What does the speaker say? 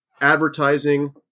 advertising